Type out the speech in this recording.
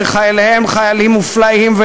שחייליהן חיילים מופלאים,